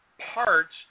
parts